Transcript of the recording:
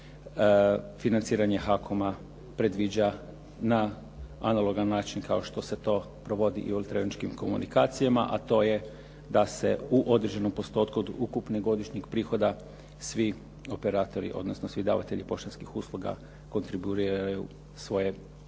financiranje HAKOM-a previđa na analogan način kao što se to provodi i u elektroničkim komunikacijama, a to je da se u određenom postotku od ukupnih godišnjih prihoda svi operatori, odnosno svi davatelji poštanskih usluga kontriburiraju svoje